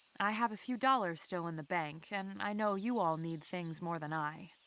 i have a few dollars still in the bank and i know you all need things more than i.